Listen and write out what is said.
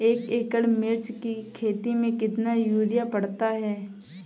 एक एकड़ मिर्च की खेती में कितना यूरिया पड़ता है?